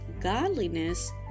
godliness